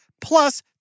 plus